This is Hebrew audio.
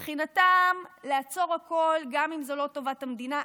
מבחינתם, לעצור הכול גם אם זו לא טובת המדינה.